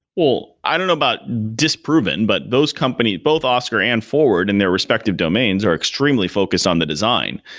well, i don't know about disproven, but those company, both oscar and forward in their respective domains are extremely focused on the design,